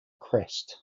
crest